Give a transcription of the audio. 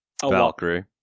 Valkyrie